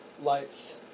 lights